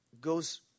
goes